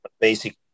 basic